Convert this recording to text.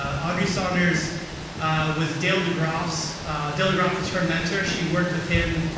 audrey saunders was dale degroff's dale degroff was her mentor. she worked with him